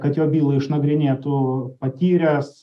kad jo bylą išnagrinėtų patyręs